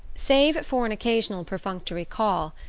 save for an occasional perfunctory call,